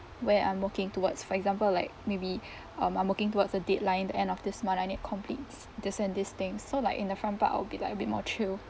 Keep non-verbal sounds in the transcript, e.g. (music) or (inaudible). where I'm working towards for example like maybe (breath) um I'm working towards a deadline end of this month I need to complete this and this things so like in the front part I'll be like a bit more chilled